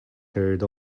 heard